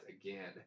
again